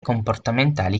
comportamentali